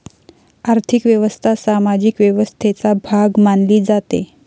आर्थिक व्यवस्था सामाजिक व्यवस्थेचा भाग मानली जाते